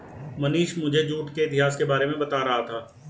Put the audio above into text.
मनीष मुझे जूट के इतिहास के बारे में बता रहा था